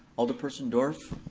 alderperson dorff?